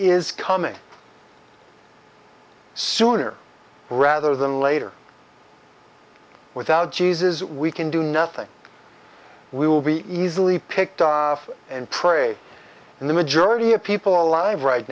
is coming sooner rather than later without jesus we can do nothing we will be easily picked off and pray and the majority of people alive right